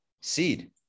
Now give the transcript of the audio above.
seed